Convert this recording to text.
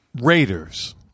Raiders